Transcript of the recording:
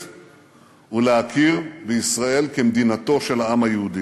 ולהכיר בישראל כמדינתו של העם היהודי.